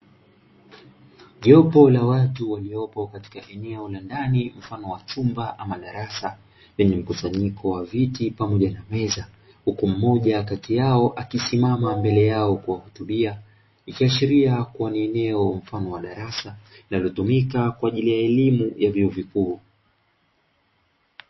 Jopo la watu waliopo katika eneo la ndani mfano wa chumba ama darasa; lenye mkusanyiko wa viti pamoja na meza, huku mmoja kati yao akisimama mbele yao kuwahutubia; ikiashiria kuwa ni eneo mfano wa darasa, linalotumika kwa ajili ya elimu ya vyuo vikuu.